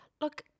look